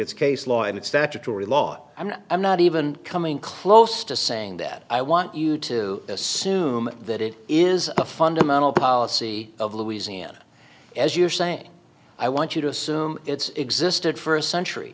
its case law and its statutory law i'm not even coming close to saying that i want you to assume that it is a fundamental policy of louisiana as you're saying i want you to assume it's existed for a century